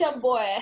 boy